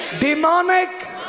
demonic